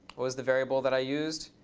was the variable that i used?